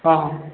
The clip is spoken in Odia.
ହଁ